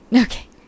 Okay